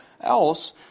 else